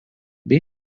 bei